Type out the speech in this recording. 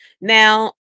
now